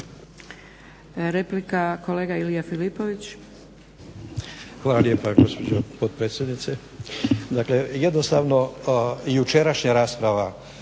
**Filipović, Ilija (HDZ)** Hvala lijepa gospođo potpredsjednice. Dakle jednostavno jučerašnja rasprava,